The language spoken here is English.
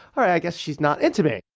ok, i guess she's not into me.